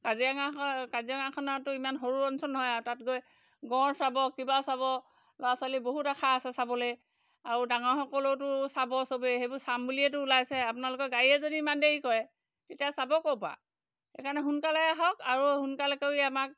কাজিৰঙাখন কাজিৰঙাখনতো ইমান সৰু অঞ্চল নহয় আৰু তাত গৈ গঁড় চাব কিবা চাব ল'ৰা ছোৱালী বহুত আশা আছে চাবলৈ আৰু ডাঙৰসকলেওতো চাব চবেই সেইবোৰ চাম বুলিয়েতো ওলাইছে আপোনালোকৰ গাড়ীয়ে যদি ইমান দেৰি কৰে তেতিয়া চাব ক'ৰ পৰা সেইকাৰণে সোনকালে আহক আৰু সোনকালে কৰি আমাক